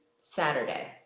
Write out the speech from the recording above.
Saturday